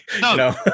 no